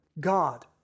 God